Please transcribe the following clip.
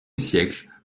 siècle